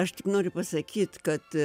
aš tik noriu pasakyt kad